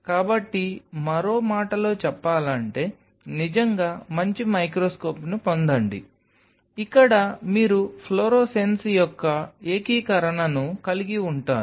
కాబట్టి మరో మాటలో చెప్పాలంటే నిజంగా మంచి మైక్రోస్కోప్ను పొందండి ఇక్కడ మీరు ఫ్లోరోసెన్స్ యొక్క ఏకీకరణను కలిగి ఉంటారు